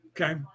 Okay